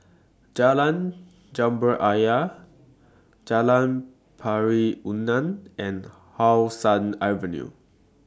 Jalan Jambu Ayer Jalan Pari Unak and How Sun Avenue